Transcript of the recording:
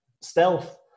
stealth